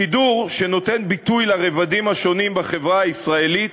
שידור שנותן ביטוי לרבדים השונים בחברה הישראלית